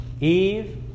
Eve